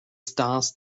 stars